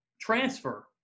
transfer